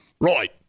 Right